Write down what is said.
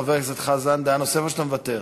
חבר הכנסת חזן, דעה נוספת, או שאתה מוותר?